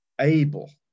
able